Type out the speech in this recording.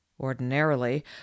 Ordinarily